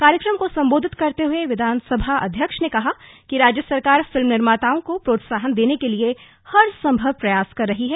कार्यक्रम को सम्बोधित करते हुए विधान सभा अध्यक्ष ने कहा कि राज्य सरकार फिल्म निर्माताओं को प्रोत्साहन देने के लिए हर संभव प्रयास कर रही है